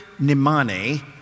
Nimani